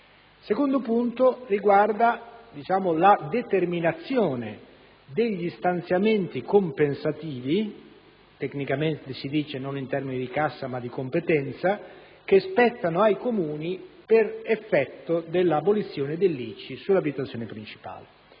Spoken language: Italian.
secondo punto riguarda la determinazione degli stanziamenti compensativi - tecnicamente si dice non in termini di cassa ma di competenza - che spettano ai Comuni per effetto dell'abolizione dell'ICI sull'abitazione principale.